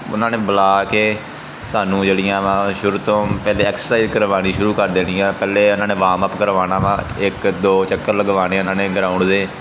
ਉਹਨਾਂ ਨੇ ਬੁਲਾ ਕੇ ਸਾਨੂੰ ਜਿਹੜੀਆਂ ਵਾ ਸ਼ੁਰੂ ਤੋਂ ਪਹਿਲਾਂ ਐਕਸਰਸਾਈਜ਼ ਕਰਵਾਉਣੀ ਸ਼ੁਰੂ ਕਰ ਦੇਣੀ ਆ ਪਹਿਲਾਂ ਉਹਨਾਂ ਨੇ ਵਾਰਮ ਅਪ ਕਰਵਾਉਣਾ ਵਾ ਇੱਕ ਦੋ ਚੱਕਰ ਲਗਵਾਉਣੇ ਉਹਨਾਂ ਨੇ ਗਰਾਊਂਡ ਦੇ